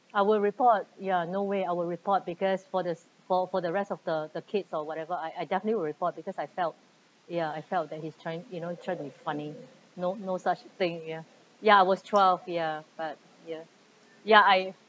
I will report ya no way I will report because for this for for the rest of the the kids or whatever I I definitely will report because I felt ya I felt that he's trying you know try to be funny no no such thing ya ya was twelve ya but ya ya I